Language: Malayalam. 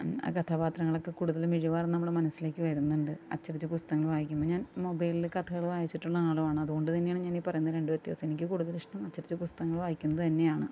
ആ കഥാപാത്രങ്ങളൊക്കെ കൂടുതൽ മിഴിവാർന്ന നമ്മള മനസ്സിലേക്ക് വരുന്നുണ്ട് അച്ചടിച്ച പുസ്തകങ്ങൾ വായിക്കുമ്പോൾ ഞാൻ മൊബൈലിൽ കഥകൾ വായിച്ചിട്ടുള്ള ആളും ആണ് അതുകൊണ്ടുതന്നെയാണ് ഞാൻ ഈ പറയുന്ന രണ്ട് വ്യത്യാസം എനിക്ക് കൂടുതൽ ഇഷ്ടം അച്ചടിച്ച പുസ്തകങ്ങൾ വായിക്കുന്നത് തന്നെയാണ്